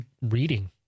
reading